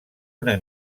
una